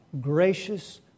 gracious